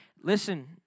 Listen